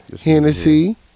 Hennessy